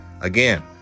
Again